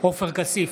עופר כסיף,